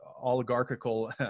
oligarchical